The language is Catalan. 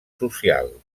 social